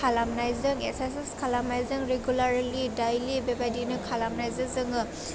खालामनायजों इक्सार्साइस खालामनायजों regularly daily बेबायदिनो खालामनायजों जोङो